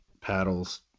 paddles